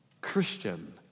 Christian